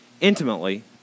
intimately